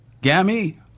Gammy